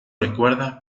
recuerda